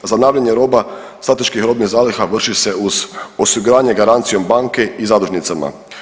Zanavljanje roba strateških robnih zaliha vrši se uz osiguranje garancijom banke i zadužnicama.